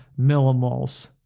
millimoles